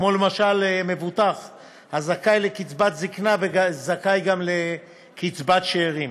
כמו למשל מבוטח הזכאי לקצבת זיקנה וזכאי גם לקצבת שאירים,